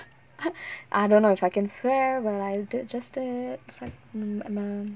I don't know if I can swear but I did just did it's like mm uh